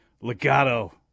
Legato